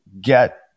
get